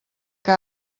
que